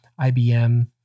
IBM